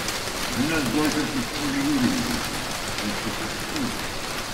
benas džoisas užpuolė jūrininką bet kokiu tikslu